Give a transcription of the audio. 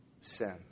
sin